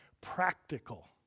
practical